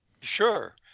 Sure